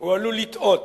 הוא עלול לטעות,